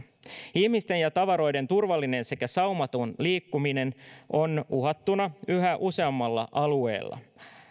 ihmisten ja tavaroiden turvallinen sekä saumaton liikkuminen on uhattuna yhä useammalla alueella